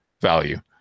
value